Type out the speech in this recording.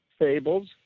fables